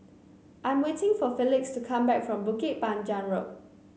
I am waiting for Felix to come back from Bukit Panjang Road